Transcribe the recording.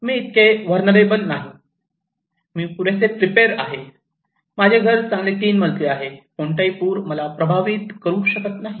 मी इतके व्हलनेरलॅबल नाही मी पुरेसे प्रिप्रेर आहे माझे घर चांगले तीन मजली आहे कोणताही पूर मला प्रभावित करु शकत नाही